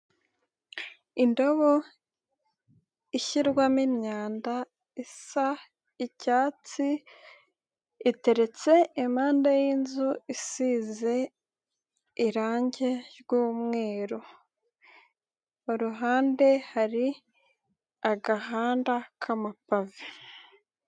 Indobo ishyirwamo imyanda isa icyatsi, iteretse impanda y'inzu isize irange ry'umweru. Iruhande hari agahanda k'amapave.